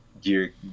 gear